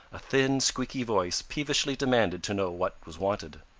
a thin, squeaky voice peevishly demanded to know what was wanted.